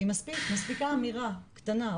כי מספיקה אמירה קטנה,